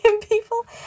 people